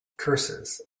curses